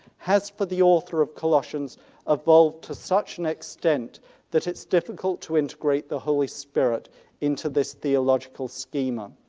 has for the author of colossians evolved to such an extent that it's difficult to integrate the holy spirit into this theological schema.